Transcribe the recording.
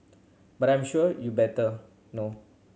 but I'm sure you better know